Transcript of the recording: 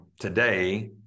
today